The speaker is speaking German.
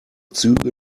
züge